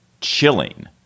chilling